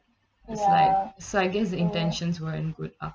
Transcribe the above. it's like so I guess the intentions weren't good lah